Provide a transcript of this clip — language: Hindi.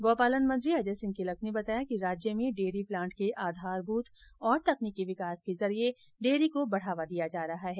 गोपालन मंत्री अजय सिंह किलक ने बताया कि राज्य में डेयरी प्लाण्ट के आधारभूत और तकनीकी विकास के जरिये डेयरी को बढ़ावा दिया जा रहा है